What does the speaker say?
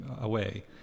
away